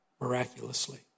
miraculously